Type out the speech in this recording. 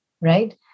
right